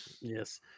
Yes